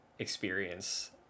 experience